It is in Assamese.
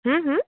হা হাঁ